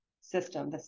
system